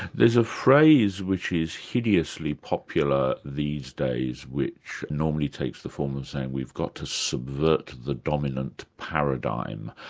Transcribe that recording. there's a phrase which is hideously popular these days which normally takes the form of saying, we've got to subvert the dominant paradigm,